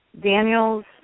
Daniel's